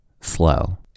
slow